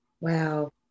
Wow